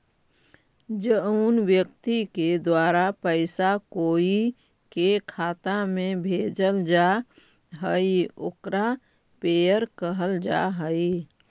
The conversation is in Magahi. जउन व्यक्ति के द्वारा पैसा कोई के खाता में भेजल जा हइ ओकरा पेयर कहल जा हइ